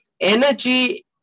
Energy